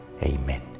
Amen